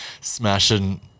smashing